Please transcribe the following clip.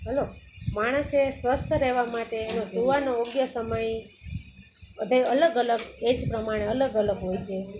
hello માણસે સ્વસ્થ રહેવા માટે એનો સૂવાનો યોગ્ય સમય બધે અલગ અલગ એ જ પ્રમાણે અલગ અલગ હોય છે